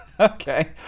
Okay